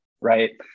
right